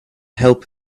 help